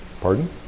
Pardon